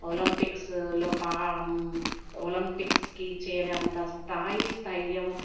Olympics లో పా ఒలంపిక్స్కి చేరేంత స్థాయి స్థైర్యం